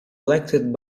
elected